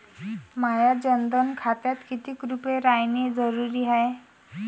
माह्या जनधन खात्यात कितीक रूपे रायने जरुरी हाय?